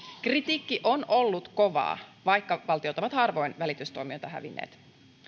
kritiikki on ollut kovaa vaikka valtiot ovat harvoin välitystuomioita hävinneet